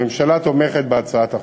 הממשלה תומכת בהצעת החוק.